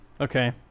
Okay